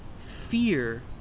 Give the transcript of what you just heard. fear